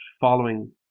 following